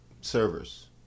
servers